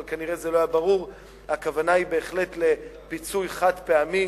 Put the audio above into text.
אבל כנראה זה לא היה ברור; הכוונה היא בהחלט לפיצוי חד-פעמי,